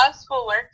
schoolwork